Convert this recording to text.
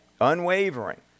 Unwavering